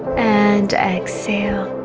and exhale